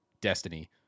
Destiny